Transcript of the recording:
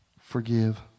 forgive